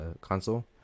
console